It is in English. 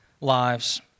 lives